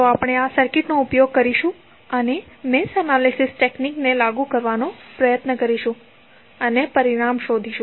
તો આપણે આ સર્કિટનો ઉપયોગ કરીશું અને મેશ એનાલિસિસ ટેક્નિક ને લાગુ કરવાનો પ્રયત્ન કરીશું અને પરિણામ શોધીશું